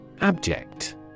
Abject